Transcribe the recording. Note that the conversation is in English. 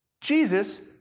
Jesus